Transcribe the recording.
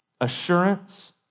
assurance